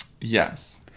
yes